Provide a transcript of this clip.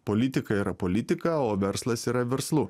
politika yra politika o verslas yra verslu